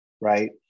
right